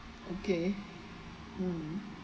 okay um